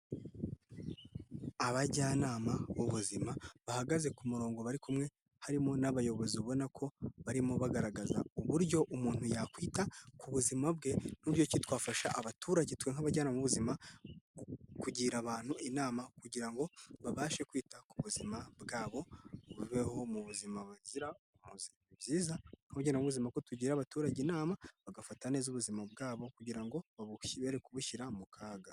Abajyanama b'ubuzima bahagaze ku murongo bari kumwe harimo n'abayobozi ubona ko barimo bagaragaza uburyo umuntu yakwita ku buzima bwe n'uburyo ki twafasha abaturage twe nk'abajyana b’ubuzima kugira abantu inama kugira ngo babashe kwita ku buzima bwabo babeho mu buzima buzira umuze, ni byiza nk’abajyanama b’ubuzima ko tugira abaturage inama bagafata neza ubuzima bwabo kugira ngo bere kubushyira mu kaga.